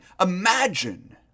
imagine